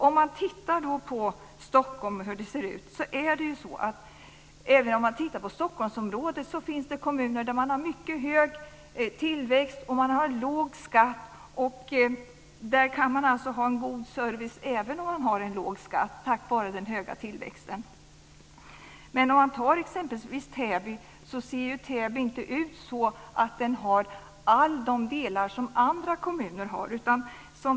Om man tittar på hur det ser ut finns det i Stockholmområdet kommuner där man har en mycket hög tillväxt och låg skatt. Där kan man ha en god service även om man har en låg skatt tack vare den höga tillväxten. Men exempelvis Täby kommun ser inte ut så att den har alla de delar som andra kommuner har.